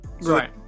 Right